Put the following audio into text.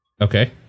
Okay